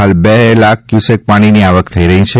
હાલ બે લાખ ક્યુસેક પાણીની આવક થઈ રહી છે